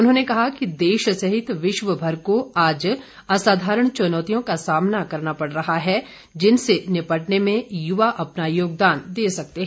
उन्होंने कहा कि देश सहित विश्व भर को आज असाधारण चुनौतियों का सामना करना पड़ रहा है जिनसे निपटने में युवा अपना योगदान दे सकते हैं